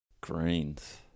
Greens